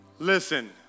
Listen